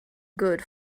good